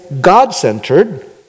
God-centered